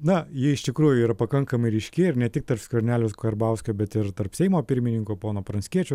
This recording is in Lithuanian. na ji iš tikrųjų yra pakankamai ryški ir ne tik tarp skvernelio karbauskio bet ir tarp seimo pirmininko pono pranckiečio